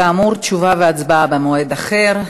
כאמור, תשובה והצבעה במועד אחר.